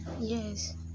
Yes